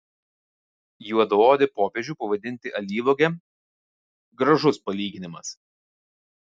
juodaodį popiežių pavadinti alyvuoge gražus palyginimas